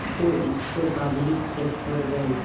ইট ইকট public sector bank